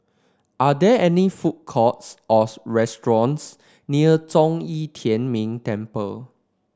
are there any food courts or restaurants near Zhong Yi Tian Ming Temple